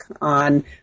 on